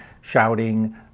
shouting